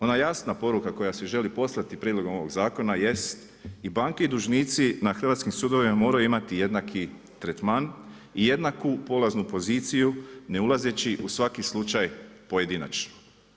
Ona jasna poruka koja se želi poslati prijedlogom ovoga zakona jest i banke i dužnici na hrvatskim sudovima moraju imati jednaki tretman i jednaku polaznu poziciju ne ulazeći u svaki slučaj pojedinačno.